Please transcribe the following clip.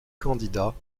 candidats